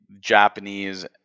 Japanese